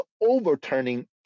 overturning